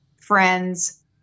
friends